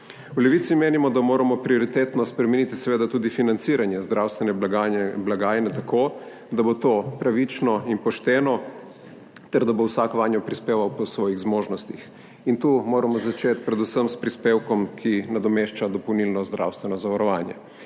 V Levici menimo, da moramo prioritetno spremeniti seveda tudi financiranje zdravstvene blagajne tako, da bo to pravično in pošteno ter da bo vsak vanjo prispeval po svojih zmožnostih. In tu moramo začeti, predvsem s prispevkom, ki nadomešča dopolnilno zdravstveno zavarovanje.